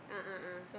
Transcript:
a'ah a'ah